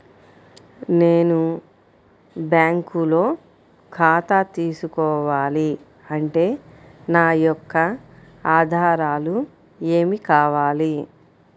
నేను బ్యాంకులో ఖాతా తీసుకోవాలి అంటే నా యొక్క ఆధారాలు ఏమి కావాలి?